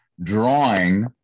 drawing